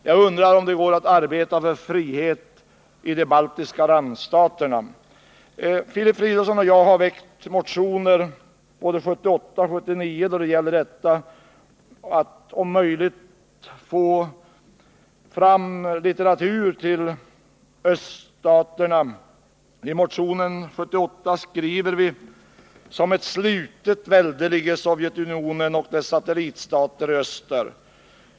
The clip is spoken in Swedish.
— Jag undrar om det går att arbeta för frihet i de baltiska randstaterna. Filip Fridolfsson och jag har väckt motioner både 1978 och 1979 när det gäller möjligheten att få fram litteratur till öststaterna. I motionen 1978 skrev vi: ”Som ett slutet välde ligger Sovjetunionen och dess satellitstater i öster.